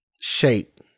shape